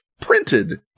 printed